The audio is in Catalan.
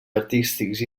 artístics